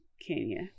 Kenya